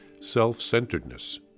self-centeredness